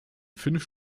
fünf